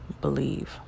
Believe